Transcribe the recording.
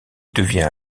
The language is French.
devient